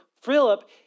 Philip